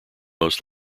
most